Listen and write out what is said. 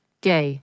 Gay